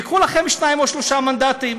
וייקחו לכם שניים או שלושה מנדטים.